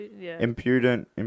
Impudent